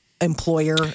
Employer